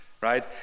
right